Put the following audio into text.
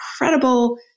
incredible